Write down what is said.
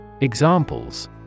Examples